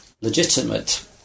legitimate